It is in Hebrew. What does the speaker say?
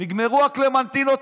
נגמרו הקלמנטינות.